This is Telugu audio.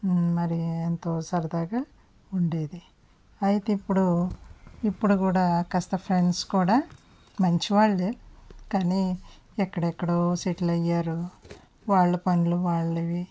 మరి ఎంతో సరదాగా ఉండేది అయితే ఇప్పుడు కూడా కాస్త ఫ్రెండ్స్ కూడా మంచివాళ్లే కానీ ఎక్కడెక్కడో సెటిల్ అయ్యారు వాళ్ల పనులు వాళ్ళవి